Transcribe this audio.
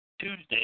Tuesday